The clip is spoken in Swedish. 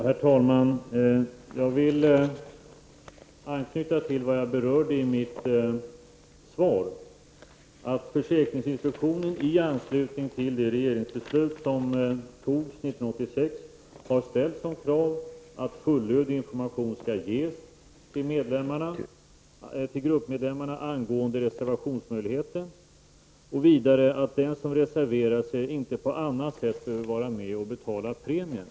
Herr talman! Jag vill anknyta till vad jag sade i mitt svar, att försäkringsinspektionen i anslutning till det regeringsbeslut som fattades 1986 har ställt som krav att fullödig information skall ges till gruppmedlemmarna angående reservationsmöjligheten och vidare att den som reserverar sig inte på annat sätt behöver vara med och betala premier.